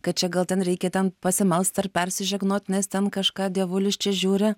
kad čia gal ten reikia ten pasimelst ar persižegnot nes ten kažką dievulis čia žiūri